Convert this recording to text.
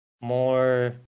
more